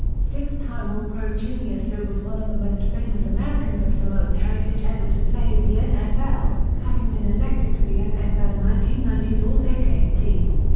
six-time all-pro junior seau was one of the most famous americans of samoan heritage ever to play in the nfl, having been elected to the nfl nineteen ninety s all-decade team.